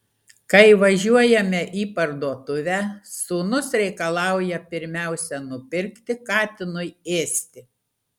kai važiuojame į parduotuvę sūnus reikalauja pirmiausia nupirkti katinui ėsti